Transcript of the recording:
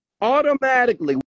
automatically